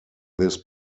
this